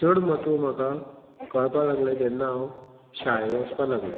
चड म्हत्व म्हाका कळपा लागलें जेन्ना हांव शाळेंत वचपा लागलो